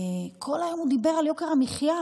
כל היום הוא דיבר על יוקר המחיה.